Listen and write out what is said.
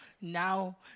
Now